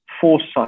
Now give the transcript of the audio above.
Foresight